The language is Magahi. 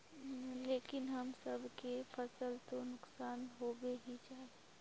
लेकिन हम सब के फ़सल तो नुकसान होबे ही जाय?